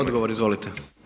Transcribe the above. Odgovor, izvolite.